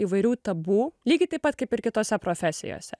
įvairių tabu lygiai taip pat kaip ir kitose profesijose